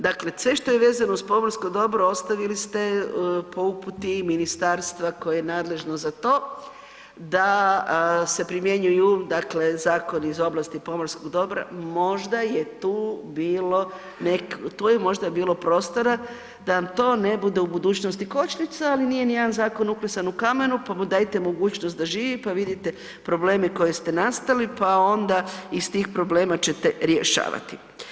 Dakle, sve što je vezano uz pomorsko dobro ostavili ste po uputi ministarstva koje je nadležno za to, da se primjenjuju dakle zakoni iz oblasti pomorskog dobra, možda je tu bilo, tu je možda bilo prostora da nam to ne bude u budućnosti kočnica, ali nije nijedan zakon uklesan u kamenu pa mu dajte mogućnost da živi pa vidite probleme koje ste nastali pa onda iz tih problema ćete rješavati.